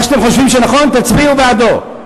מה שאתם חושבים שנכון תצביעו בעדו.